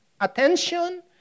attention